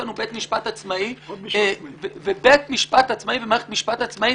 לנו בית משפט עצמאי ומערכת משפט עצמאית,